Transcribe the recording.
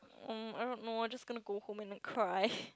um I don't know I'm just gonna go home and like cry